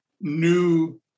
new